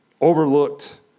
overlooked